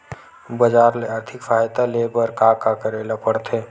बजार ले आर्थिक सहायता ले बर का का करे ल पड़थे?